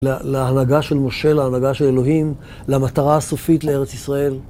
להנהגה של משה, להנהגה של אלוהים, למטרה הסופית לארץ ישראל.